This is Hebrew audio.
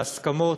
להסכמות,